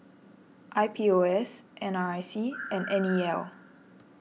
I P O S N R I C and N E L